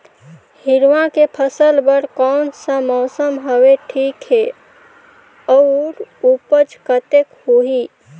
हिरवा के फसल बर कोन सा मौसम हवे ठीक हे अउर ऊपज कतेक होही?